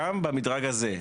במדרג הזה.